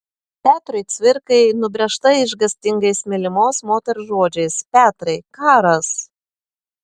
petrui cvirkai nubrėžta išgąstingais mylimos moters žodžiais petrai karas